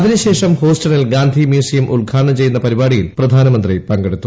അതിനുശേഷം ഹൂസ്റ്റണിൽ ഗാന്ധി മ്യൂസിയം ഉദ്ഘാടനം ചെയ്യുന്ന പരിപാടിയിൽ പ്രധാനമന്ത്രി പങ്കെടുത്തു